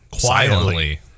quietly